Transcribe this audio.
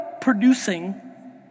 producing